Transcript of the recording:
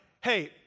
Hey